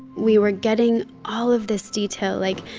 we were getting all of this detail. like,